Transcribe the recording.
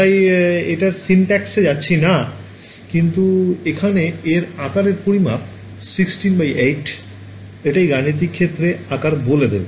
তাই এটার syntax এ যাচ্ছি না কিন্তু এখানে এর আকারের পরিমাপ হবে 16X8 এটাই গাণিতিক ক্ষেত্রে আকার বলে দেবে